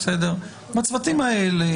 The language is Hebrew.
בצוותים האלה,